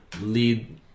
lead